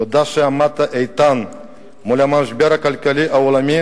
תודה שעמדת איתן מול המשבר הכלכלי העולמי